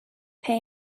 pay